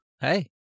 Hey